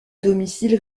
domicile